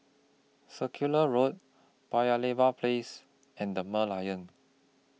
Circular Road Paya Lebar Place and The Merlion